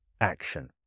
action